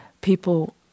people